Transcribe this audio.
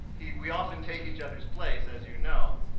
he we often take each other's place. as you know,